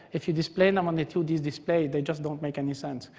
if you display them on a two d display, they just don't make any sense.